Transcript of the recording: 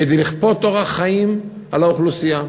כדי לכפות אורח חיים על האוכלוסייה.